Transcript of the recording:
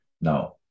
Now